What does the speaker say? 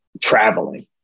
traveling